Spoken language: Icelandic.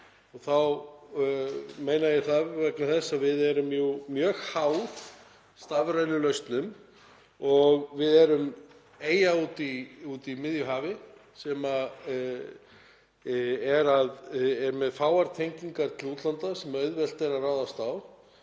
Þá meina ég vegna þess að við erum jú mjög háð stafrænum lausnum og erum eyja úti í miðju hafi með fáar tengingar til útlanda sem auðvelt er að ráðast á.